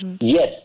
yes